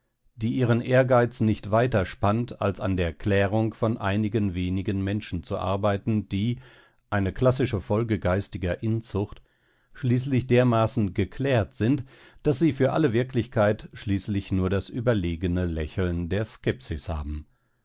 die ihren ehrgeiz nicht weiter spannt als an der klärung von einigen wenigen menschen zu arbeiten die eine klassische folge geistiger inzucht schließlich dermaßen geklärt sind daß sie für alle wirklichkeit schließlich nur das überlegene lächeln der skepsis haben